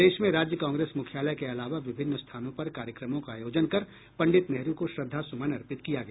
प्रदेश में राज्य कांग्रेस मुख्यालय के अलावा विभिन्न स्थानों पर कार्यक्रमों का आयोजन कर पंडित नेहरु को श्रद्धास्मन अर्पित किया गया